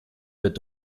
wird